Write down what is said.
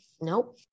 nope